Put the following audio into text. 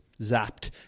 zapped